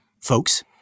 folks